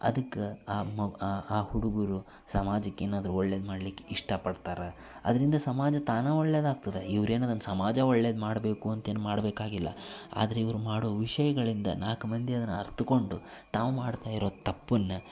ಅದಕ್ಕೆ ಆ ಮ ಆ ಆ ಹುಡ್ಗರು ಸಮಾಜಕ್ಕೆ ಏನಾದರೂ ಒಳ್ಳೇದು ಮಾಡಲಿಕ್ಕೆ ಇಷ್ಟಪಡ್ತಾರೆ ಅದರಿಂದ ಸಮಾಜ ತಾನೇ ಒಳ್ಳೆದಾಗ್ತದೆ ಇವ್ರೇನು ಅದನ್ನು ಸಮಾಜ ಒಳ್ಳೇದು ಮಾಡಬೇಕು ಅಂತೇನೂ ಮಾಡಬೇಕಾಗಿಲ್ಲ ಆದ್ರೆ ಇವ್ರು ಮಾಡೋ ವಿಷಯಗಳಿಂದ ನಾಲ್ಕು ಮಂದಿ ಅದನ್ನು ಅರಿತುಕೊಂಡು ತಾವು ಮಾಡ್ತಾ ಇರೋ ತಪ್ಪನ್ನು